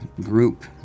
group